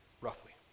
Roughly